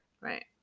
Right